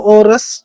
oras